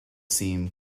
seem